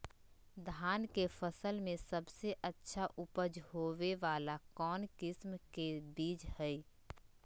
धान के फसल में सबसे अच्छा उपज होबे वाला कौन किस्म के बीज हय?